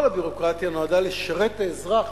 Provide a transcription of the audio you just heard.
כל הביורוקרטיה נועדה לשרת את האזרח,